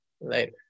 later